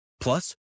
Plus